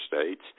states